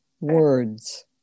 Words